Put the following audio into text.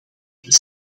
het